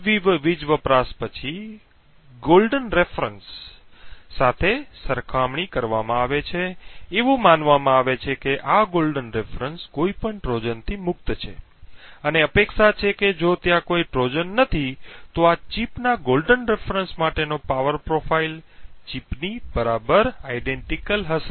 આ વીજ વપરાશ પછી સુવર્ણ સંદર્ભ સાથે સરખામણી કરવામાં આવે છે એવું માનવામાં આવે છે કે આ સુવર્ણ સંદર્ભ કોઈપણ ટ્રોજનથી મુક્ત છે અને અપેક્ષા છે કે જો ત્યાં કોઈ ટ્રોજન નથી તો આ ચિપના સુવર્ણ સંદર્ભ માટેનો પાવર પ્રોફાઇલ ચિપની બરાબર સમાન હશે